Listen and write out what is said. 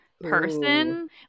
person